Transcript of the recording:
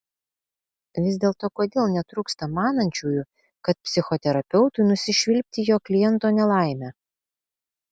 vis dėlto kodėl netrūksta manančiųjų kad psichoterapeutui nusišvilpti į jo kliento nelaimę